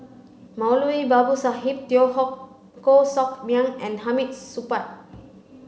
Moulavi Babu Sahib Teo Koh Sock Miang and Hamid Supaat